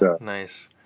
Nice